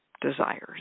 desires